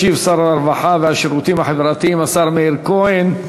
ישיב שר הרווחה והשירותים החברתיים מאיר כהן.